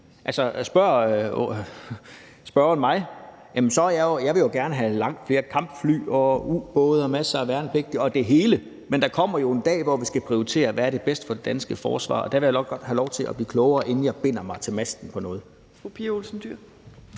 vil jeg sige, at jeg jo gerne vil have langt flere kampfly, ubåde og masser af værnepligtige og det hele. Men der kommer jo en dag, hvor vi skal prioritere: Hvad er det bedste for det danske forsvar? Og der vil jeg godt have lov til at blive klogere, inden jeg binder mig til masten på noget.